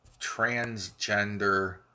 transgender